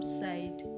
side